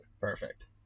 Perfect